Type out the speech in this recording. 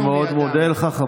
אני מאוד מודה לך.